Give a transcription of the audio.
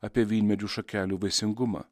apie vynmedžių šakelių vaisingumą